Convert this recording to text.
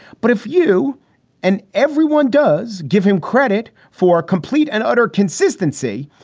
but if you and everyone does give him credit for a complete and utter consistency,